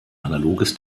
analoges